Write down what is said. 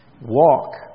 Walk